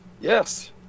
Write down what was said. Yes